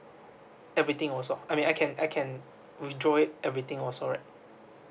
everything also I mean I can I can withdraw it everything also right